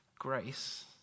Grace